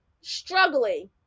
struggling